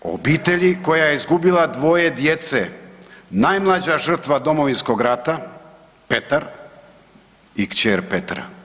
O obitelji koja je izgubila dvoje djece, najmlađa žrtva Domovinskog rata, Petar i kćer Petra.